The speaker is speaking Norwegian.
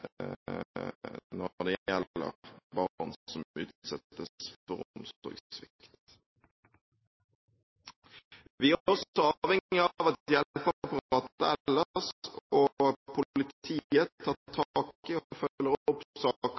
som utsettes for omsorgssvikt. Vi er også avhengige av at hjelpeapparatet ellers og politiet tar tak i